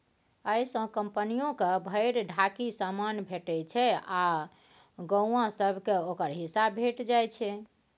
अय सँ कंपनियो के भरि ढाकी समान भेटइ छै आ गौंआ सब केँ ओकर हिस्सा भेंट जाइ छै